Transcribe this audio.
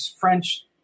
French